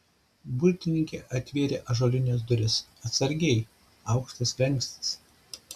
burtininkė atvėrė ąžuolines duris atsargiai aukštas slenkstis